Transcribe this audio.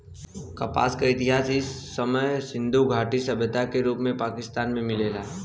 कपास क इतिहास इ समय सिंधु घाटी सभ्यता के रूप में पाकिस्तान में मिलेला